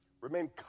remain